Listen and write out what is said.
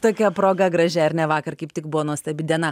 tokia proga gražia ar ne vakar kaip tik buvo nuostabi diena